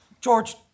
George